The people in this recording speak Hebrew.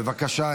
בבקשה.